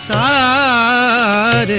aa